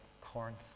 Corinth